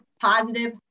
positive